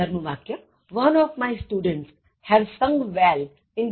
One of my students have sung well in this competition